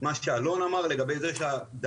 מה שאלון רוטשילד אמר לגבי זה שהדיג